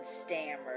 stammered